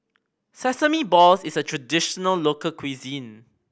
sesame balls is a traditional local cuisine